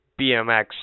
BMX